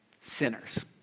sinners